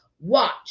watch